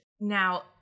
Now